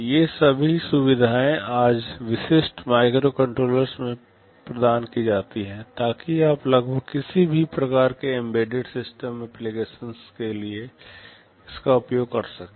ये सभी सुविधाएं आज विशिष्ट माइक्रोकंट्रोलर्स में प्रदान की जाती हैं ताकि आप लगभग किसी भी प्रकार के एम्बेडेड सिस्टम ऍप्लिकेशन्स के लिए इसका उपयोग कर सकें